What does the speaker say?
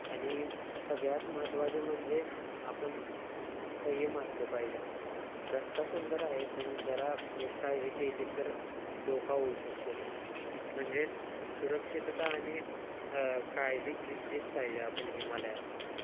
आणि सगळ्यात महत्त्वाचे म्हणजे आपण स संयमी असले पाहिजे रस्ता सुंदर आहे पण जरा निष्काळजी केली तर धोका होऊ शकतो म्हणजेच सुरक्षितता आणि काळजी घेतलीच पाहिजे आपण हिमालयात